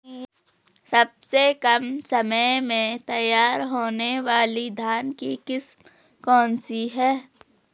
सबसे कम समय में तैयार होने वाली धान की किस्म कौन सी है?